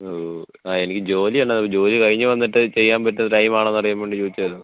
ആ എനിക്ക് ജോലി ഉണ്ടായിരുന്നു ജോലി കഴിഞ്ഞ് വന്നിട്ട് ചെയ്യാൻ പറ്റുന്ന ടൈം ആണോ എന്നറിയാൻ വേണ്ടി ചോദിച്ചതായിരുന്നു